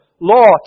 Law